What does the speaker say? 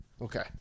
Okay